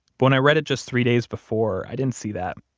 when i read it just three days before, i didn't see that.